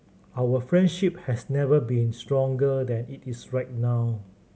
our friendship has never been stronger than it is right now